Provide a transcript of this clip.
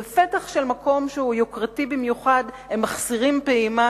בפתח של מקום שהוא יוקרתי במיוחד לבם מחסיר פעימה,